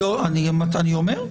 אני אומר.